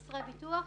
חסרי ביטוח.